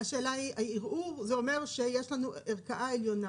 הערעור אומר שיש לנו ערכאה עליונה.